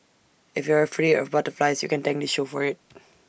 if you're afraid of butterflies you can thank this show for IT